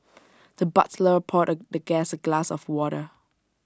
the butler poured the guest A glass of water